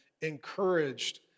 encouraged